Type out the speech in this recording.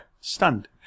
Stunned